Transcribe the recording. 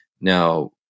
Now